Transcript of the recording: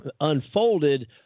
unfolded